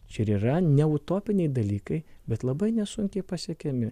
čia ir yra ne utopiniai dalykai bet labai nesunkiai pasiekiami